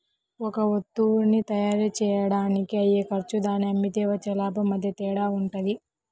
ఒక వత్తువుని తయ్యారుజెయ్యడానికి అయ్యే ఖర్చు దాన్ని అమ్మితే వచ్చే లాభం మధ్య తేడా వుంటది